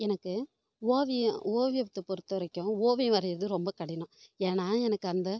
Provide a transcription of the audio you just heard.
எனக்கு ஓவியம் ஓவியத்தைப் பொறுத்த வரைக்கும் ஓவியம் வரையறது ரொம்ப கடினம் ஏன்னால் எனக்கு அந்த